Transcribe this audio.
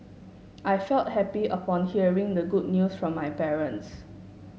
I felt happy upon hearing the good news from my parents